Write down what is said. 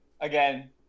again